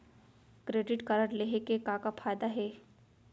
Credit card लेहे के का का फायदा हे?